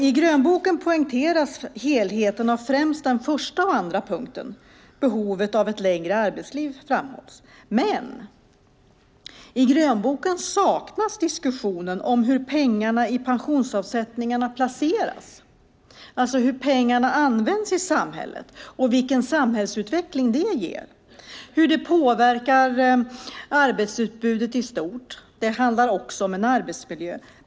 I grönboken poängteras helheten av främst den första och andra punkten, där behovet av ett längre arbetsliv framhålls. Men i grönboken saknas diskussionen om hur pengarna i pensionsavsättningarna placeras, alltså hur pengarna används i samhället och vilken samhällsutveckling som det ger och hur det påverkar arbetsutbudet i stort. Det handlar också om en arbetsmiljö.